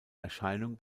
erscheinung